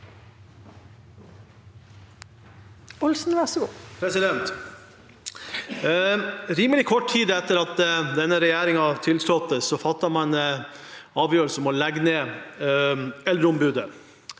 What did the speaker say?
Rimelig kort tid etter at denne regjeringen tiltrådte, fattet man avgjørelsen om å legge ned Eldreombudet.